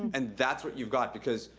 and that's what you've got because,